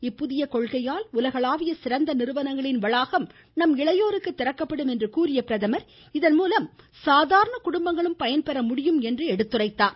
இப்புதியக் கொள்கையால் உலகளாவிய சிறந்த நிறுவனங்களின் வளாகம் நம் இளையோருக்கு திறக்கப்படும் என்று கூறிய அவர் இதன்மூலம் சாதாரண குடும்பங்களும் பயன்பெற முடியும் என்றும் எடுத்துரைத்தார்